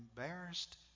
embarrassed